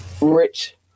rich